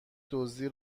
دزدی